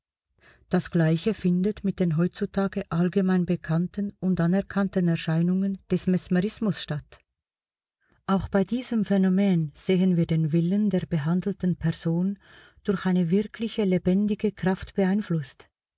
das gleiche findet mit den heutzutage allgemein bekannten und anerkannten erscheinungen des mesmerismus statt auch bei diesem phänomen sehen wir den willen der behandelten person durch eine wirkliche lebendige kraft beeinflußt